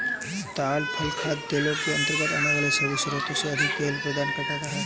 ताड़ फल खाद्य तेलों के अंतर्गत आने वाले सभी स्रोतों से अधिक तेल प्रदान करता है